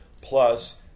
plus